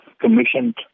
commissioned